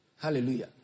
Hallelujah